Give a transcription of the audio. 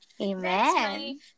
amen